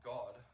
God